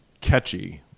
catchy